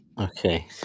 Okay